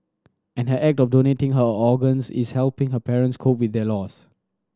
and her act of donating her organs is helping her parents cope with their loss